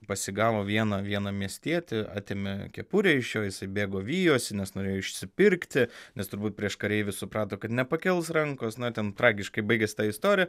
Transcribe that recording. pasigavo vieną vieną miestietį atėmė kepurę iš jo jisai bėgo vijosi nes norėjo išsipirkti nes turbūt prieš kareivį suprato kad nepakels rankos na ten tragiškai baigėsi ta istorija